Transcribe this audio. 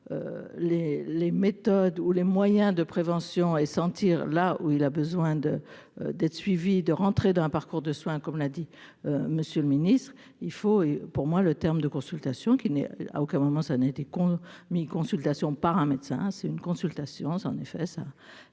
les méthodes ou les moyens de prévention et sentir là où il a besoin de d'être suivis de rentrer d'un parcours de soins comme l'a dit monsieur le Ministre, il faut, et pour moi, le terme de consultation qui n'est à aucun moment, ça n'a été con mais consultations par un médecin, hein, c'est une consultation, c'est